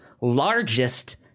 largest